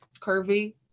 curvy